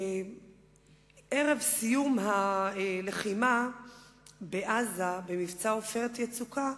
ערב סיום הלחימה בעזה, במבצע "עופרת יצוקה",